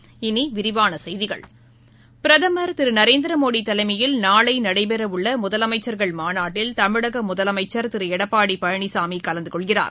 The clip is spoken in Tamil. இனி விரிவான செய்திகள் பிரதமர் திரு நரேந்திர மோடி தலைமையில் நாளை நடைபெற உள்ள முதலமைச்சர்கள் மாநாட்டில் தமிழக முதலமைச்சர் திரு எடப்பாடி பழனிசாமி கலந்துகொள்கிறார்